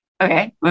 okay